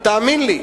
תאמין לי.